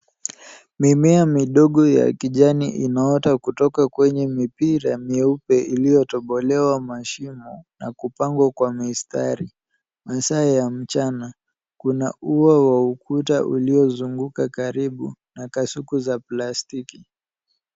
Mimea midogo ya kijani inaota kutoka kwenye mipira myeupe iliyotobolewa mashimo na kupangwa kwa mistari. Masaa ya mchana, kuna ua wa ukuta uliozunguka karibu na kasuku za plastiki.